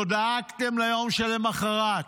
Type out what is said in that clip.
לא דאגתם ליום שלמוחרת.